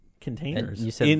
containers